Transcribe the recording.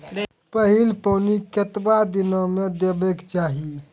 पहिल पानि कतबा दिनो म देबाक चाही?